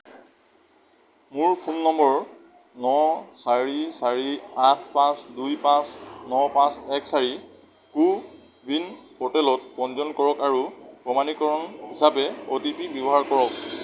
মোৰ ফোন নম্বৰ ন চাৰি চাৰি আঠ পাঁচ দুই পাঁচ ন পাঁচ এক চাৰি কো ৱিন প'ৰ্টেলত পঞ্জীয়ন কৰক আৰু প্ৰমাণীকৰণ হিচাপে অ' টি পি ব্যৱহাৰ কৰক